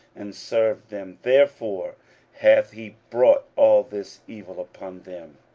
and served them therefore hath he brought all this evil upon them.